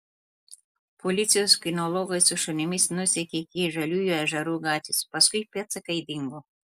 policijos kinologai su šunimis nusekė iki žaliųjų ežerų gatvės paskui pėdsakai dingo